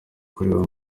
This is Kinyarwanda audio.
kureba